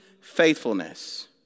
faithfulness